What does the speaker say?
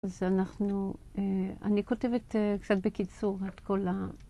אז אנחנו, אני כותבת קצת בקיצור את כל ה...